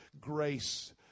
grace